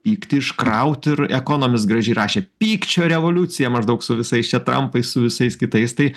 pyktį iškraut ir ekonomis gražiai rašė pykčio revoliucija maždaug su visais čia trampais su visais kitais tai